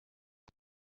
are